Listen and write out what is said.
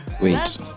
Wait